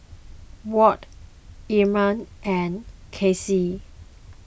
Ward Irma and Kasey